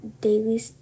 daily